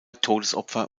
todesopfer